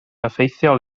effeithiol